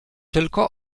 tylko